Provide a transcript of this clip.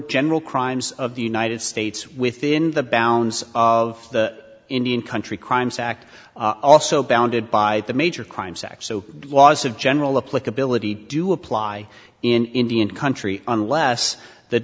general crimes of the united states within the bounds of the indian country crimes act also bounded by the major crimes act so laws of general uplift ability do apply in indian country unless the